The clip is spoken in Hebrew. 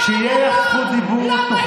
למה?